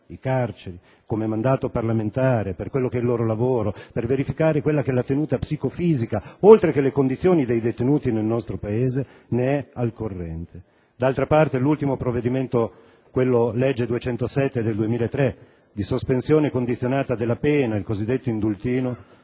le carceri con mandato parlamentare, per il loro lavoro, per verificare quella che è la tenuta psicofisica oltre che le condizioni dei detenuti nel nostro Paese ne è al corrente. D'altra parte, l'ultimo provvedimento, la legge n. 207 del 2003, di sospensione condizionata della pena (il cosiddetto indultino),